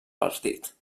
partit